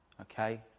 Okay